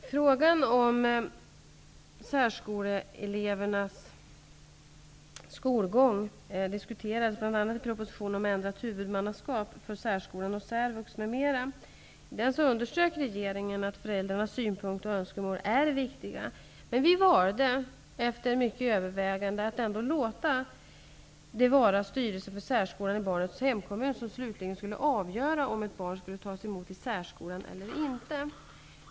Herr talman! Frågan om särskoleelevernas skolgång behandlades bl.a. i propositionen om ändrat huvudmannaskap för särskolan och särvux, m.m. Regeringen underströk i propositionen att föräldrarnas önskemål och synpunkter är viktiga. Regeringen valde ändå efter mycket övervägande att låta bevara styrelsen för särskolan i barnets hemkommun, vilken slutligen skall avgöra om ett barn skall tas emot i särskolan eller inte.